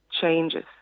changes